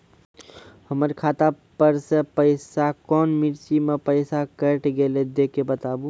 हमर खाता पर से पैसा कौन मिर्ची मे पैसा कैट गेलौ देख के बताबू?